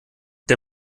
der